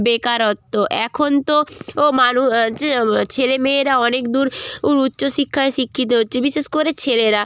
বেকারত্ব এখন তো ও মানু হচ্ছে ছেলে মেয়েরা অনেক দূর উর উচ্চশিক্ষায় শিক্ষিত হচ্ছে বিশেষ করে ছেলেরা